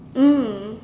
mm